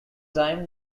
time